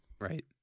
Right